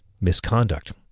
misconduct